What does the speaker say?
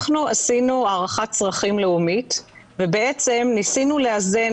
אנחנו עשינו הערכת צרכים לאומית וניסינו לאזן